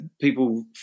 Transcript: people